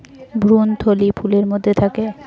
ভ্রূণথলি ফুলের মধ্যে থাকে